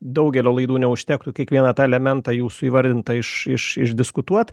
daugelio laidų neužtektų kiekvieną tą elementą jūsų įvardintą iš iš išdiskutuot